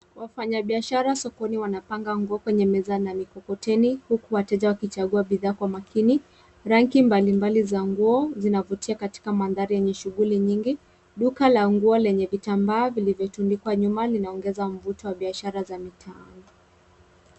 Wafanyabiasha sokoni wanapanga nguo kwenye meza na mikokoteni huku wateja wakipakia bidhaa kwa makini. Rangi mbalimbali za nguo zinavutia katika mandhari yenye shughuli nyingi duka la nguo lenye vitambaa vilivyotundikwa nyuma linaongeza mvuto wa biashara za mitaa.